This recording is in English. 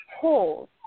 holes